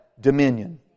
dominion